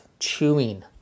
Chewing